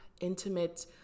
intimate